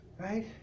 Right